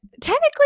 technically